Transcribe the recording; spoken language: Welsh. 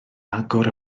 agor